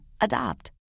Adopt